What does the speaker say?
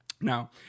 now